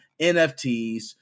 NFTs